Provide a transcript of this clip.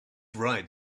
right